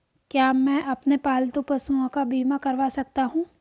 क्या मैं अपने पालतू पशुओं का बीमा करवा सकता हूं?